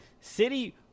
City